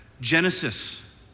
Genesis